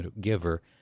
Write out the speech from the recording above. giver